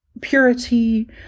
purity